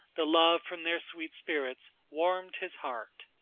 the love from their sweet spirits warmed his heart.